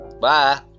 Bye